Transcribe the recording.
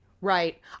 Right